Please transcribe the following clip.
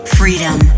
freedom